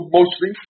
mostly